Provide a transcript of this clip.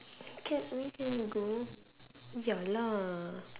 can we can go ya lah